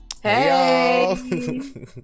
Hey